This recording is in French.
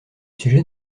sujet